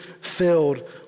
filled